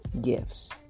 gifts